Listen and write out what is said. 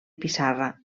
pissarra